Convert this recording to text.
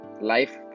life